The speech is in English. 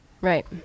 right